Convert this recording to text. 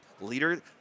leader